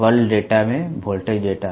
बल डेटा में voltage data